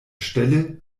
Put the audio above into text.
stelle